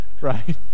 right